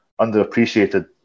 underappreciated